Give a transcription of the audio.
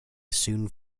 soon